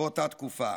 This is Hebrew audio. באותה תקופה: